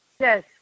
Yes